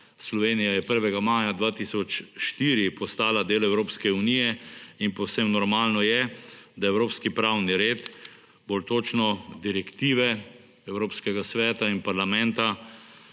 Slovenija je 1. maja 2004 postala del Evropske unije in povsem normalno je, da evropski pravi red, bolj točno direktive Evropskega sveta in parlamenta